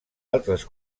altres